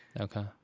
Okay